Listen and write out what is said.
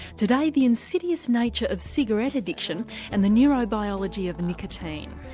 today, the insidious nature of cigarette addiction and the neurobiology of nicotine.